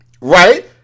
right